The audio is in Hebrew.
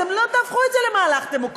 אתם לא תהפכו את זה למהלך דמוקרטי.